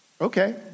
Okay